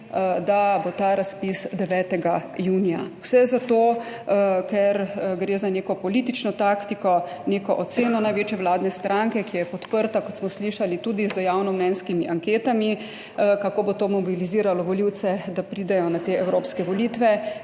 da bo ta razpis 9. junija. Vse zato, ker gre za neko politično taktiko, neko oceno največje vladne stranke, ki je podprta, kot smo slišali, tudi z javnomnenjskimi anketami, kako bo to mobiliziralo volivce, da pridejo na te evropske volitve